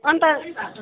अन्त